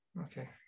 okay